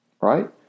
Right